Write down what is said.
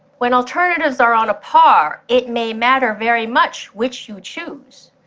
when alternatives are on a par, it may matter very much which you choose,